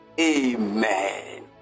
Amen